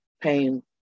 pain